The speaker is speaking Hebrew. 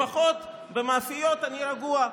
לפחות במאפיות אני רגוע.